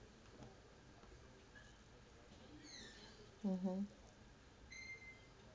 mmhmm